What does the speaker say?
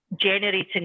Generating